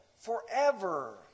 forever